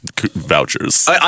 vouchers